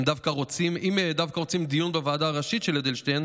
אם דווקא רוצים דיון בוועדה הראשית של אדלשטיין,